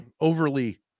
overly